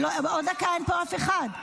עוד דקה, אין פה אף אחד.